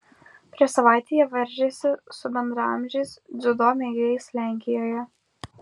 prieš savaitę jie varžėsi su bendraamžiais dziudo mėgėjais lenkijoje